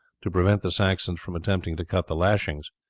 to prevent the saxons from attempting to cut the lashings.